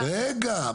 רגע,